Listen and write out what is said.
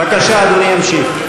בבקשה, אדוני ימשיך.